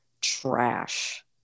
trash